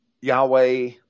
Yahweh